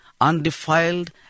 undefiled